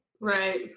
Right